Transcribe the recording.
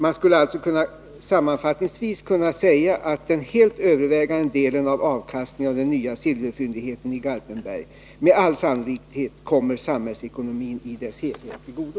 Man skulle alltså sammanfattningsvis kunna säga att den helt övervägande delen av avkastningen av den nya silverfyndigheten i Garpenberg med all sannolikhet kommer samhällsekonomin i dess helhet till godo.